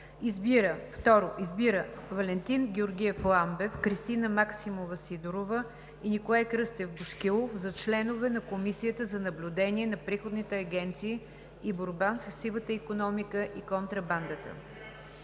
2. Избира Валентин Георгиев Ламбев, Кристина Максимова Сидорова и Николай Кръстев Бошкилов за членове на Комисията за наблюдение на приходните агенции и борба със сивата икономика и контрабандата.“